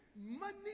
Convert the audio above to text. Money